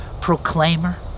proclaimer